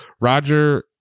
Roger